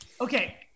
Okay